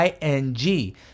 ING